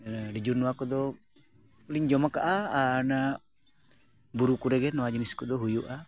ᱟᱹᱰᱤ ᱡᱳᱨ ᱱᱚᱣᱟ ᱠᱚᱫᱚ ᱞᱤᱧ ᱡᱚᱢ ᱟᱠᱟᱫᱼᱟ ᱟᱨ ᱚᱱᱟ ᱵᱩᱨᱩ ᱠᱚᱨᱮ ᱜᱮ ᱱᱚᱣᱟ ᱡᱤᱱᱤᱥ ᱠᱚᱫᱚ ᱦᱩᱭᱩᱜᱼᱟ